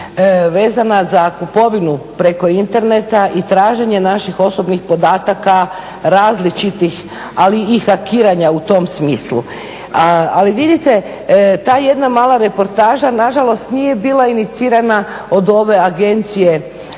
vezana za kupovinu preko interneta i traženje naših osobnih podataka različitih ali i hakiranja u tom smislu. Ali vidite, ta jedna mala reportaža nažalost nije bila inicirana od ove Agencije